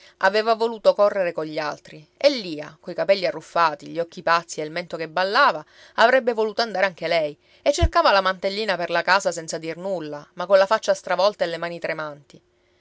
aveva voluto correre cogli altri e lia coi capelli arruffati gli occhi pazzi e il mento che ballava avrebbe voluto andare anche lei e cercava la mantellina per la casa senza dir nulla ma colla faccia stravolta e le mani tremanti